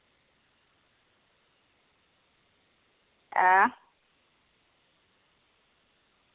है